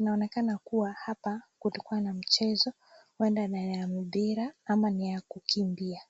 Inaonekana kuwa hapa kulikua na mchezo huenda ni ya mpira ama ni ya kukimbia.